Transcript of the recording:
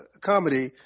comedy